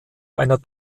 einer